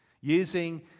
using